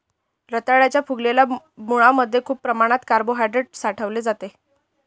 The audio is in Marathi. रताळ्याच्या फुगलेल्या मुळांमध्ये खूप प्रमाणात कार्बोहायड्रेट साठलेलं असतं